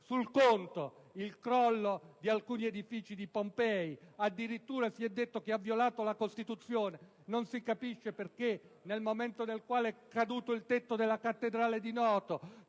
sul conto il crollo di alcuni edifici di Pompei; addirittura si è affermato che ha violato la Costituzione. Non si capisce perché, quando è caduto il tetto della cattedrale di Noto,